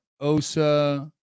Osa